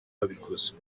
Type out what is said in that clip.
ababikoze